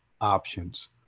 options